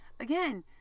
Again